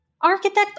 Architect